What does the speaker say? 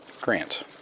grant